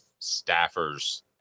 staffers